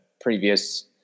previous